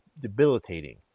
debilitating